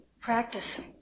Practice